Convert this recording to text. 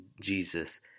Jesus